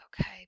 Okay